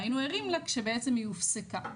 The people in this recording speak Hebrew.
והיינו ערים לה כשבעצם היא הופסקה.